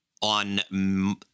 on